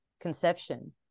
conception